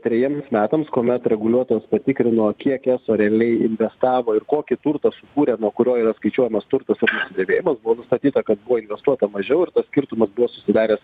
trejiems metams kuomet reguliuotojas patikrino kiek eso realiai investavo ir kokį turtą sukūrė nuo kurio yra skaičiuojamas turtas už nusidėvėjimą buvo nustatyta kad buvo investuota mažiau ir tas skirtumas buvo sudaręs